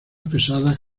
pesadas